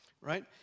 right